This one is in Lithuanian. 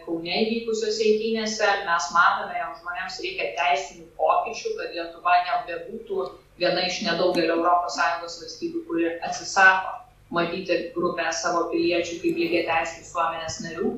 kaune įvykusiose eitynėse mes matome jog žmonėms reikia teisinių pokyčių kad lietuva nebebūtų viena iš nedaugelio europos sąjungos valstybių kuri atsisako matyti grupę savo piliečių kaip lygiateisių visuomenės narių